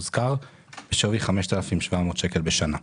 בשווי של 5,700 שקל בשנה.